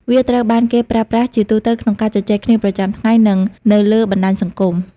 វាត្រូវបានគេប្រើប្រាស់ជាទូទៅក្នុងការជជែកគ្នាប្រចាំថ្ងៃនិងនៅលើបណ្តាញសង្គម។